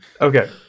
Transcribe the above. Okay